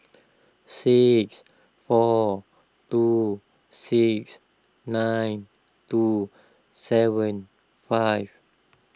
six four two six nine two seven five